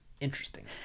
interesting